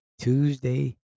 Tuesday